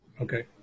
okay